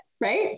right